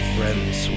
Friends